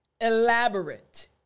elaborate